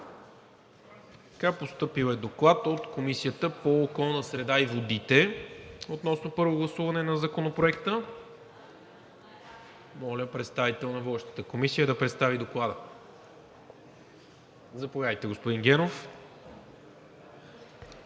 Постъпил е Доклад от Комисията по околната среда и водите относно първо гласуване на Законопроекта. Моля представител на водещата Комисия да представи Доклада. Заповядайте, господин Генов.